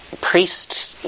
priest